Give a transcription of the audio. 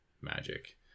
magic